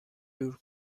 دور